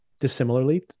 dissimilarly